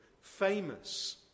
famous